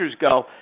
go